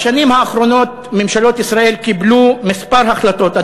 בשנים האחרונות ממשלות ישראל קיבלו כמה החלטות,